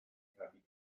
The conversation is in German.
gitarre